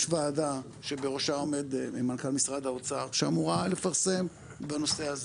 יש ועדה שבראשה עומד מנכ"ל משרד האוצר שאמורה לפרסם בנושא הזה.